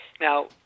Now